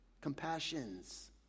compassions